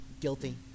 Guilty